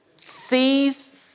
sees